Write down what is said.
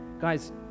Guys